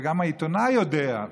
וגם העיתונאי יודע,